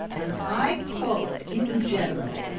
and i call it, in general,